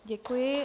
Děkuji.